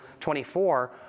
24